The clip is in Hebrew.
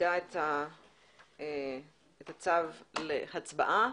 מעמידה את הצו להצבעה.